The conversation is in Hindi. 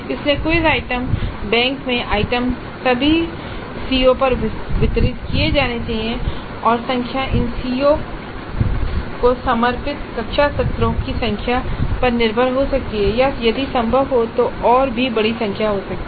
इसलिए क्विज़ आइटम बैंक में आइटम सभी सीओ पर वितरित किए जाने हैं और संख्या इन सीओ को समर्पित कक्षा सत्रों की संख्या पर निर्भर हो सकती है या यदि संभव हो तो यह और भी बड़ी संख्या हो सकती है